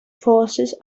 forces